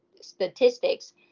statistics